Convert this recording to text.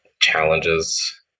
challenges